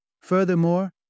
Furthermore